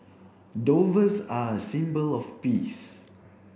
are a symbol of peace